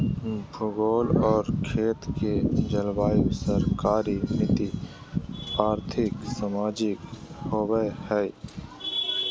भूगोल और खेत के जलवायु सरकारी नीति और्थिक, सामाजिक होबैय हइ